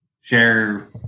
share